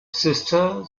sister